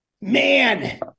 man